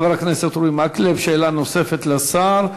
חבר הכנסת אורי מקלב, שאלה נוספת לשר.